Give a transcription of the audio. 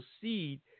seed